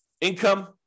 Income